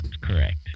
correct